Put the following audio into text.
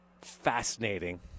fascinating